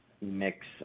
mix